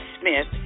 Smith